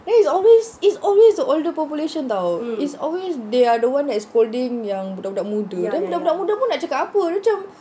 then it's always it's always the older population [tau] is always they are the one that is scolding yang budak-budak muda then budak-budak muda pun nak cakap apa